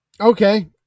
Okay